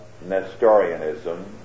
Nestorianism